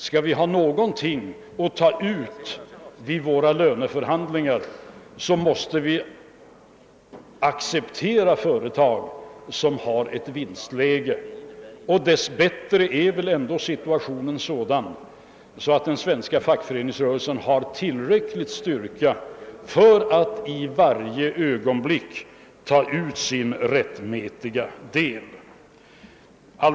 Skall vi kunna få ut något vid våra löneförhandlingar, måste vi också acceptera företag som går med vinst. Dess bättre torde den svenska fackföreningsrörelsen besitta tillräcklig styrka för att i varje ögonblick ta ut sin rättmätiga del därav.